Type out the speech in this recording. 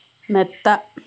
മെത്ത